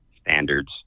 standards